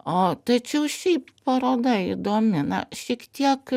o tačiau šiaip paroda įdomi na šiek tiek